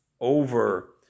over